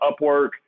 upwork